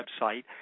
website